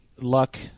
luck